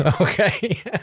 Okay